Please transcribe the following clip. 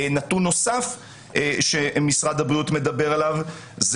נתון נוסף שמשרד הבריאות מדבר עליו הוא